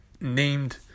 named